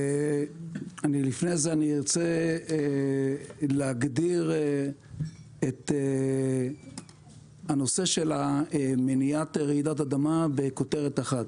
לפני זה אני ארצה להגדיר את הנושא של מניעת רעידת אדמה בכותרת אחת: